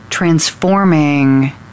transforming